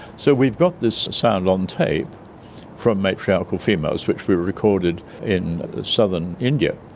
so we've got this sound on tape from matriarchal females, which we recorded in southern india,